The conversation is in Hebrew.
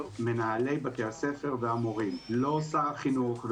מנהלי בתי הספר והמורים לא שר החינוך,